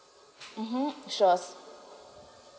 mmhmm sure